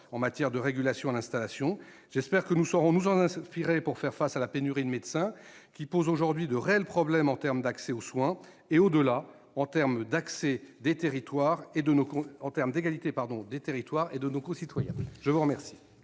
en matière de régulation d'installation. J'espère que nous saurons nous en inspirer pour faire face à la pénurie de médecins qui pose aujourd'hui de réels problèmes en termes d'accès aux soins et, au-delà, en termes d'égalité des territoires et de nos concitoyens. La parole